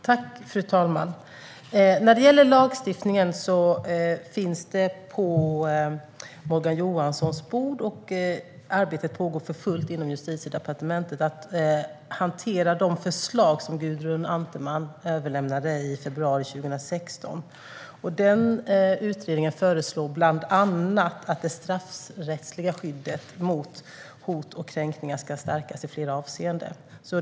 Fru talman! När det gäller lagstiftningen finns detta på Morgan Johanssons bord, och arbetet pågår för fullt inom Justitiedepartementet när det gäller att hantera de förslag som Gudrun Antemar överlämnade i februari 2016. Den utredningen föreslog bland annat att det straffrättsliga skyddet mot hot och kränkningar ska stärkas i flera avseenden.